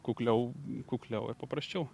kukliau kukliau ir paprasčiau